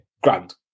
grand